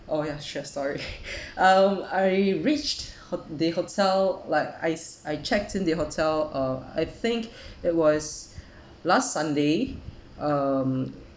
oh ya sure sorry um I reached ho~ the hotel like I I checked in the hotel uh I think it was last sunday um